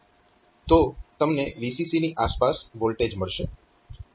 તો તમને VCC ની આસપાસ વોલ્ટેજ મળશે